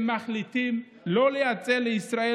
הם מחליטים לא לייצא לישראל,